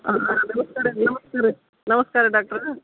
ಹಾಂ ನಮ್ಸ್ಕಾರ ರೀ ನಮಸ್ತೆ ರೀ ನಮಸ್ಕಾರ ಡಾಕ್ಟ್ರ